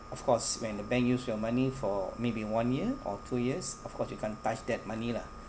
of course when the bank use your money for maybe one year or two years of course you can't touch that money lah